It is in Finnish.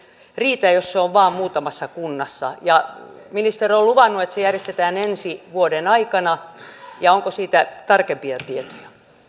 riitä jos se on vain muutamassa kunnassa ja ministeri on luvannut että se järjestetään ensi vuoden aikana onko siitä tarkempia tietoja